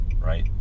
right